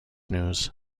news